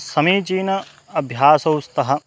समीचीनौ अभ्यासौ स्तः